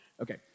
Okay